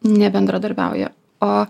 nebendradarbiauja o